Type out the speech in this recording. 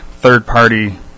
third-party